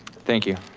thank you.